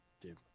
Dude